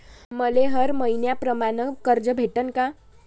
मले हर मईन्याप्रमाणं कर्ज भेटन का?